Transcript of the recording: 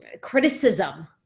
criticism